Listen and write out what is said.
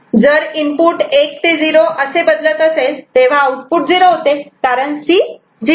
जर इन्पुट 1 ते 0 असे बदलत असेल तेव्हा आउटपुट 0 होते कारण C0